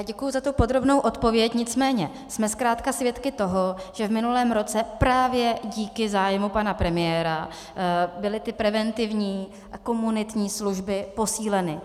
Děkuji za tu podrobnou odpověď, nicméně jsme zkrátka svědky toho, že v minulém roce právě díky zájmu pana premiéra byly ty preventivní a komunitní služby posíleny.